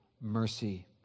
mercy